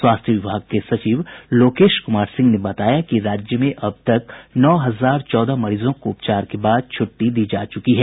स्वास्थ्य विभाग के सचिव लोकेश कुमार सिंह ने बताया कि राज्य में अब तक नौ हजार चौदह मरीजों को उपचार के बाद छुट्टी दी जा चुकी है